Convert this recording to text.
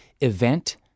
event